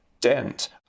dent